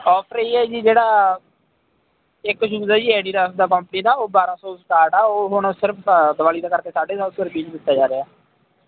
offer ਹੈ ਜੀ ਜਿਹੜਾ ਇਕ ਸ਼ੁਜ ਆ ਜੀ ਆਈਡੀਡਾਸ ਦਾ ਕੰਪਨੀ ਦਾ ਉਹ ਬਾਰ੍ਹਾਂ ਸੌ ਤੋਂ ਸਟਾਰਟ ਆ ਉਹ ਹੁਣ ਸਿਰਫ ਦਿਵਾਲੀ ਦਾ ਕਰਕੇ ਸਾਢੇ ਸੱਤ ਸੌ ਰੁਪਏ 'ਚ ਦਿੱਤਾ ਜਾ ਰਿਹਾ